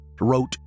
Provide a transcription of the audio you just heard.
wrote